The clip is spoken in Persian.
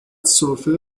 سرفه